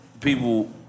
people